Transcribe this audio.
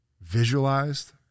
visualized